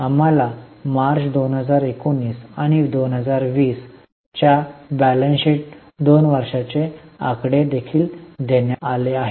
आम्हाला मार्च 2019 आणि 2020 च्या ताळेबंद दोन वर्षांचे आकडे देखील देण्यात आले आहेत